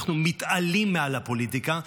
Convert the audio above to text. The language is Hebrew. שבהם אנחנו מתעלים מעל הפוליטיקה,